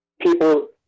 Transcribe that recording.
people